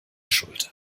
schuld